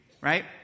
right